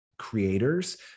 creators